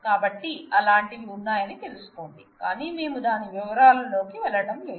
కాబట్టి అలాంటివి ఉన్నాయని తెలుసుకోండి కాని మేము దాని వివరాలలోకి వెళ్ళడం లేదు